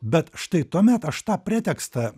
bet štai tuomet aš tą pretekstą